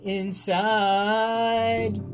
inside